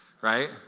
right